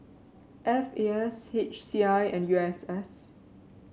F A S H C I and U S S